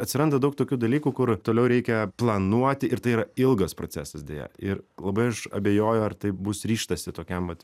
atsiranda daug tokių dalykų kur toliau reikia planuoti ir tai yra ilgas procesas deja ir labai aš abejoju ar taip bus ryžtasi tokiam vat